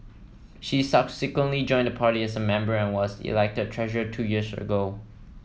she subsequently joined the party as a member and was elected treasurer two years ago